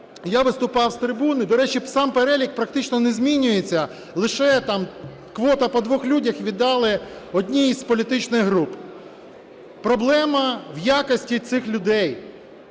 я виступав з трибуни. До речі, сам перелік практично не змінюється, лише там квоту по двох людях віддали одній із політичних груп. Проблема в якості цих людей.